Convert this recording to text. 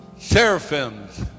seraphims